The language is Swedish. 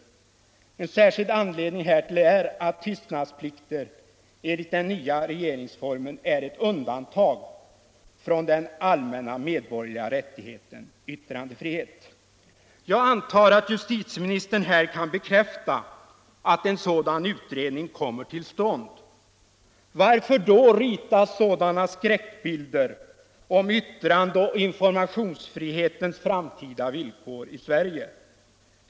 En särskild anledning härtill är att tystnadsplikter enligt den nya regeringsformen är ett undantag från den allmänna medborgerliga rättigheten till yttrandefrihet. Jag antar att justitieministern här kan bekräfta att en sådan utredning kommer till stånd. Varför då rita sådana skräckbilder om yttrandeoch informationsfrihetens framtida villkor i Sverige?